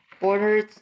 Borders